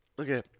Okay